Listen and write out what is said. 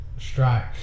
strike